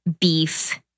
beef